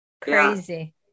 crazy